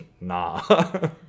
nah